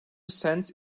cents